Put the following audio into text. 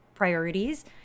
priorities